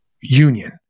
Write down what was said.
union